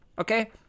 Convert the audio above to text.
Okay